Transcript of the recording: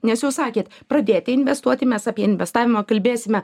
nes jau sakėt pradėti investuoti mes apie investavimą kalbėsime